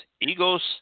Egos